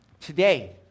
Today